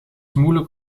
moeilijk